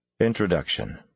Introduction